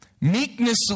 Meekness